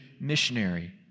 missionary